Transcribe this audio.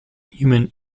human